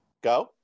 go